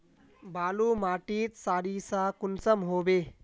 बालू माटित सारीसा कुंसम होबे?